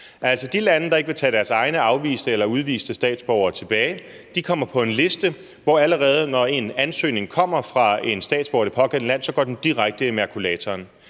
de lande, der ikke vil tage deres egne afviste eller udviste statsborgere tilbage, kommer på en liste, og når en ansøgning kommer fra en statsborger i et af de pågældende lande, går den direkte i makulatoren.